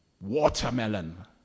watermelon